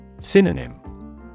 Synonym